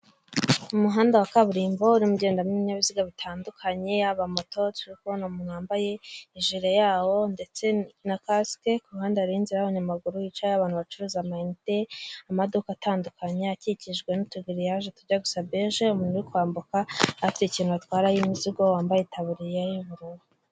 Umuhanda wa kaburimbo urimo ugendamo ibinyabiziga bitandukanye. Yaba moto turi kubona umuntu wambaye ijire yaho ndetse na kasike, ku ruhande hari izira y'abanyamaguru hicaye abantu bacuruza ama inite. Amaduka atandukanye akikijwe n'utugiriyaje tujya gusa bege, umuntu uri kwambuka afite ikintu atwararaho imizigo wambaye itabuririya y'ubururu.